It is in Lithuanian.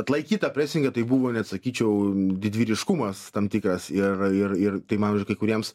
atlaikyt tą presingą tai buvo net sakyčiau didvyriškumas tam tikras ir ir ir tai pavydžiui kai kuriems